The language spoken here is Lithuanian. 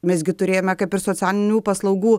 mes gi turėjome kaip ir socialinių paslaugų